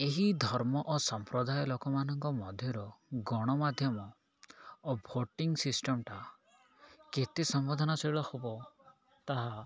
ଏହି ଧର୍ମ ଓ ସମ୍ପ୍ରଦାୟ ଲୋକମାନଙ୍କ ମଧ୍ୟରୁ ଗଣମାଧ୍ୟମ ଓ ଭୋଟିଂ ସିଷ୍ଟମ୍ଟା କେତେ ସମ୍ବେଦୀନଶୀଳ ହେବ ତାହା